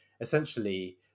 Essentially